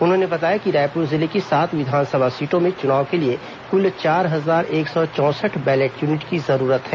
उन्होंने बताया कि रायपुर जिले की सात विधानसभा सीटों में चुनाव के लिए कुल चार हजार एक सो चौंसठ बैलेट यूनिट की जरुरत है